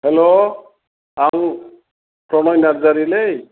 hello आं प्रनय नार्जारिलै